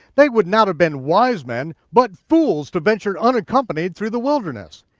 they would not have been wise men, but fools, to venture unaccompanied through the wilderness.